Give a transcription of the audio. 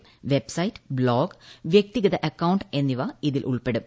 പ്രൂപ്ബ്സൈറ്റ് blog വ്യക്തിഗത account എന്നിവ ഇത്രീൽ ഉൾപ്പെടും